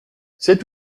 cet